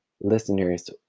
listeners